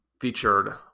featured